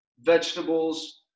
vegetables